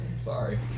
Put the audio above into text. sorry